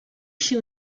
się